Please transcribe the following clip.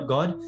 God